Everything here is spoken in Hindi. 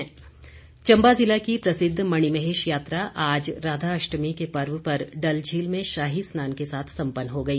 मणिमहेश चंबा जिला की प्रसिद्ध मणिमहेश यात्रा आज राधा अष्टमी के पर्व पर डलझील में शाही स्नान के साथ सम्पन्न हो गई